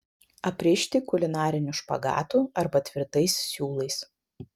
aprišti kulinariniu špagatu arba tvirtais siūlais